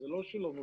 אני לא יודע,